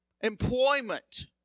employment